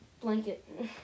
blanket